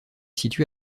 situé